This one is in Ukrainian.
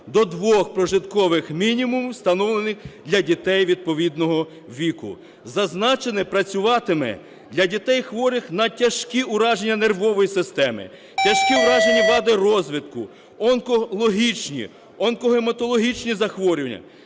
до двох прожиткових мінімумів, встановлених для дітей відповідного віку. Зазначене працюватиме для дітей, хворих на тяжкі враження нервової системи, тяжкі вроджені вади розвитку, онкологічні, онкогематологічні захворювання,